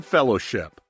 Fellowship